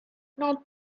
not